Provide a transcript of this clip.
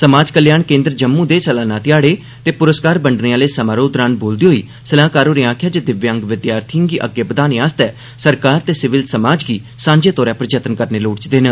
समाज कल्याण केन्द्र जम्मू दे सलाना ध्याड़े ते पुरस्कार बंड्डने आह्ले समारोह दौरान बोलदे होई सलाह्कार होरें आखेआ जे दिव्यांग विद्यार्थिएं गी अग्गे बधाने लेई सरकार ते सिविल समाज गी सांझे तौर उप्पर जतन करने लोड़चदे न